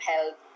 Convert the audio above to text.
help